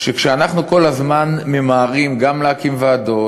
שכשאנחנו כל הזמן ממהרים גם להקים ועדות